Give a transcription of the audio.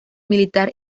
militar